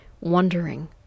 wondering